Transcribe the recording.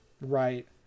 Right